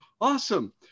awesome